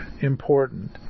important